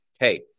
Hey